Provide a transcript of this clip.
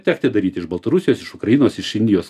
tekti daryti iš baltarusijos iš ukrainos iš indijos